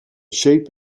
shape